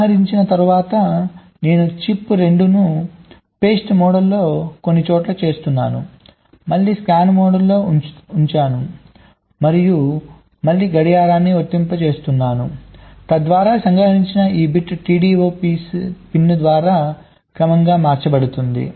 సంగ్రహించిన తరువాత నేను చిప్ 2 ను షిఫ్ట్ మోడ్లో కాన్ఫిగర్ చేస్తున్నాను మళ్ళీ స్కాన్ మోడ్లో ఉంచాను మరియు మళ్ళీ గడియారాన్ని వర్తింపజేస్తున్నాను తద్వారా సంగ్రహించిన ఈ బిట్ TDO పిన్ ద్వారా క్రమంగా మార్చబడుతుంది